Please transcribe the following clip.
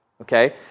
Okay